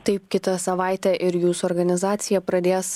taip kitą savaitę ir jūsų organizacija pradės